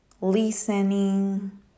listening